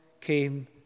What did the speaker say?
came